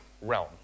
realm